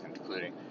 including